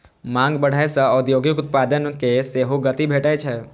मांग बढ़ै सं औद्योगिक उत्पादन कें सेहो गति भेटै छै